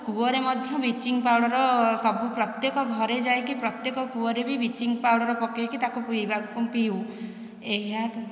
କୂଅରେ ମଧ୍ୟ bleaching powder ସବୁ ପ୍ରତ୍ୟେକ ଘରେ ଯାଇକି ପ୍ରତ୍ୟେକ କୂଅରେ ରେ ବି ବ୍ଲିଚିଙ୍ଗ ପାଉଡର ପକେଇକି ତାକୁ ପିଇବାକୁ ପିଉ ଏହା